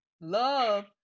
love